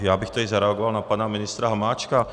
Já bych tady zareagoval na pana ministra Hamáčka.